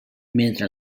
mentre